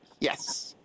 yes